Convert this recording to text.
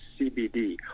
CBD